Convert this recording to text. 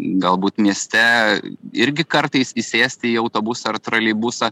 galbūt mieste irgi kartais įsėsti į autobusą ar troleibusą